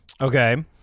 okay